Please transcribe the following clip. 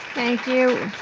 thank you.